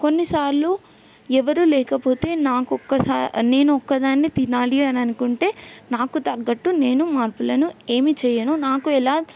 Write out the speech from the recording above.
కొన్నిసార్లు ఎవరూ లేకపోతే నాకు ఒక్కసారి నేను ఒక్కదాన్నే తినాలి అని అనుకుంటే నాకు తగ్గట్టు నేను మార్పులను ఏమీ చెయ్యను నాకు ఎలా